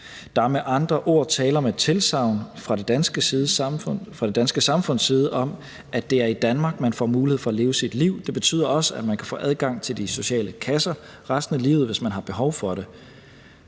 er med andre ord tale om et tilsagn fra det danske samfunds side om, at det er i Danmark, man får mulighed for at leve sit liv. Det betyder også, at man kan få adgang til de sociale kasser resten af livet, hvis man har behov for det.